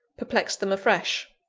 perplexed them afresh.